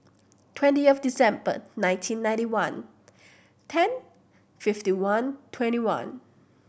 twentieth December nineteen ninety one ten fifty one twenty one